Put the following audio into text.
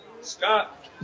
Scott